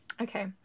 Okay